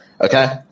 Okay